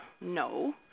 no